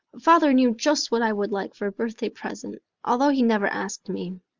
father knew just what i would like for a birthday present, although he never asked me.